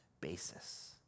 basis